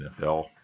NFL